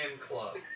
club